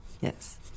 Yes